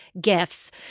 gifts